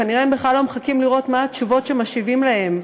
כנראה הם בכלל לא מחכים לשמוע מה התשובות שמשיבים להם.